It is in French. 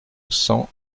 cent